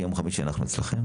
כי יום חמישי אנחנו אצלכם.